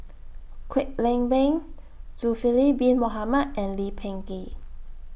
Kwek Leng Beng Zulkifli Bin Mohamed and Lee Peh Gee